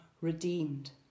redeemed